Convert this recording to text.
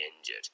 injured